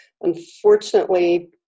unfortunately